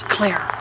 Claire